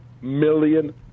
million